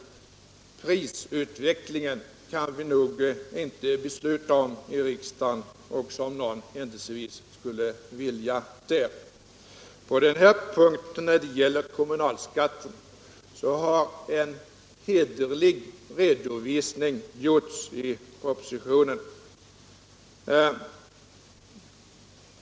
Prisutvecklingen kan vi inte besluta om i riksdagen, även om någon händelsevis skulle vilja det. På denna punkt har när det gäller kommunalskatten en hederlig redovisning lämnats i propositionen.